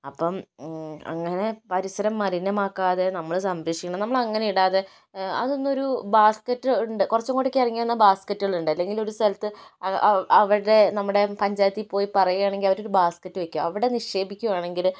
അപ്പം അങ്ങനെ പരിസരം മലിനമാക്കാതെ നമ്മള് സംരക്ഷിക്കണം നമ്മള് അങ്ങനെ ഇടാതെ അത് ഒന്നൊരു ബാസ്കറ്റ് ഉണ്ട് കുറച്ച് ഇങ്ങോട്ടേക്ക് ഇറങ്ങി വന്നാൽ ബാസ്ക്കറ്റുകൾ ഉണ്ട് അല്ലെങ്കിൽ ഒരുസ്ഥലത്ത് അവരുടെ നമ്മുടെ പഞ്ചായത്തിൽ പോയി പറയുകയാണെങ്കിൽ അവര് ഒരു ബാസ്കറ്റ് വെക്കുക അവിടെ നിക്ഷേപിക്കുകയാണെങ്കില്